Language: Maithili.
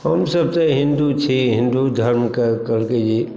हमसब तऽ हिन्दू छी हिन्दू धर्मके कहलकै जे